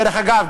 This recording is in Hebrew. דרך אגב,